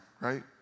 right